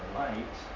light